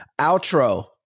Outro